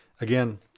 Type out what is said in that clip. again